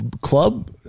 club